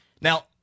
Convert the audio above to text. now